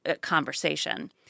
conversation